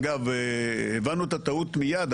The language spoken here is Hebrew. אגב הבנו את הטעות מיד,